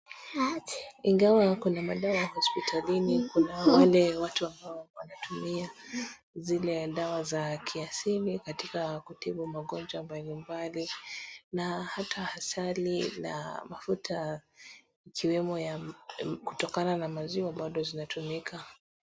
Ingawa kuna madawa hospitalini kuna wale watu wanatumia zile dawa za kiasili katika kutibu magonjwa mbalimbali na hata asali na mafuta ikiwemo ya kutokana na maziwa inatumika.